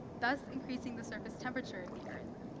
thus increasing the surface temperature of the earth.